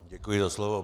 Děkuji za slovo.